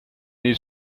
nii